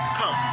come